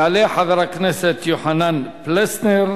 יעלה חבר הכנסת יוחנן פלסנר,